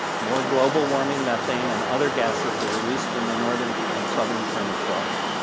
more global warming methane and other gases are released from the northern and southern permafrost,